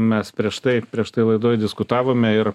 mes prieš tai prieš tai laidoj diskutavome ir